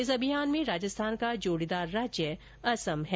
इस अभियान में राजस्थान का जोड़ीदार राज्य असम है